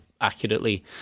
accurately